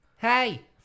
Hey